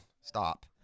Stop